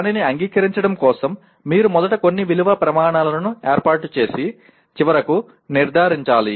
దానిని అంగీకరించడం కోసం మీరు మొదట కొన్ని విలువ ప్రమాణాలను ఏర్పాటు చేసి చివరకు నిర్దారించాలి